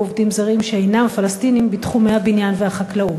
עובדים זרים שאינם פלסטינים בתחומי הבניין והחקלאות?